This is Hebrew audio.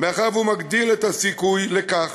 מאחר שהוא מגדיל את הסיכוי לכך